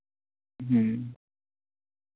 ᱦᱮᱸ